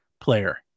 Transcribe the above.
player